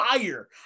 fire